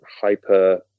hyper